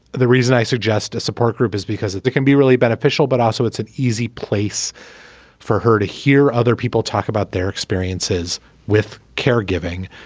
the reason i suggest a support group is because it can be really beneficial but also it's an easy place for her to hear other people talk about their experiences with caregiving.